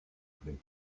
plait